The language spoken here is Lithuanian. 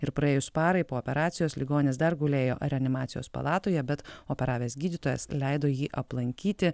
ir praėjus parai po operacijos ligonis dar gulėjo reanimacijos palatoje bet operavęs gydytojas leido jį aplankyti